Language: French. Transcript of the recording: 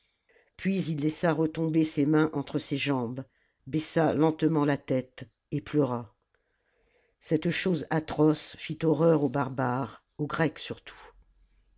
puis il laissa retomber ses mains entre ses jambes baissa lentement la tête et pleura cette chose atroce fit horreur aux barbares aux grecs surtout